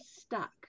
stuck